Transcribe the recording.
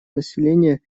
населения